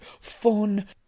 fun